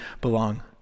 belong